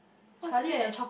what's that